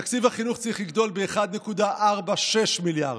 תקציב החינוך צריך לגדול ב-1.46 מיליארד.